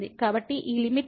కాబట్టి ఈ లిమిట్ ఏమిటి